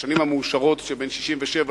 את השנים המאושרות בין 1967 ל-1973,